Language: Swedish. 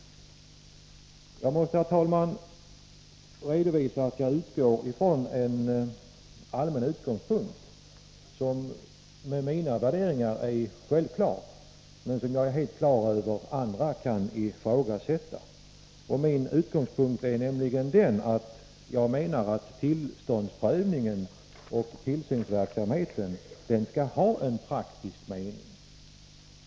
Jag måste, herr talman, redovisa att jag utgår från en allmän utgångspunkt som med mina värderingar är självklar men som jag är helt på det klara med att andra kan ifrågasätta. Min utgångspunkt är att tillståndsprövningen och tillsynsverksamheten skall ha en praktisk mening.